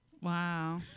Wow